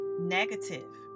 negative